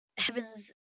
Heaven's